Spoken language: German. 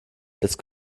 jetzt